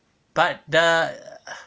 but the